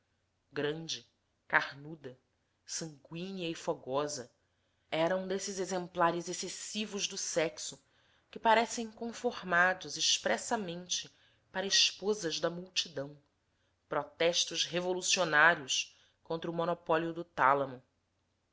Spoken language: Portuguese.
grande carnuda sanguínea e fogosa era um desses exemplares excessivos do sexo que parecem conformados expressamente para esposas da multidão protestos revolucionários contra o monopólio do tálamo